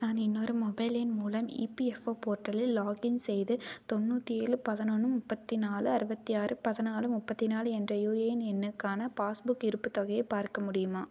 நான் இன்னொரு மொபைல் எண் மூலம் இபிஎஃப்ஓ போர்ட்டலில் லாக்இன் செய்து தொண்ணூற்றி ஏழு பதினொன்னு முப்பத்தி நாலு அறுபத்தி ஆறு பதிநாலு முப்பத்தி நாலு என்ற யூஏஎன் எண்ணுக்கான பாஸ்புக் இருப்புத் தொகையை பார்க்க முடியுமா